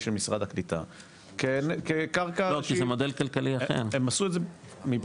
של משרד הקליטה כקרקע --- הם עשו את זה מבחינתם,